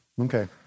Okay